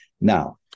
Now